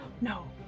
No